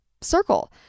circle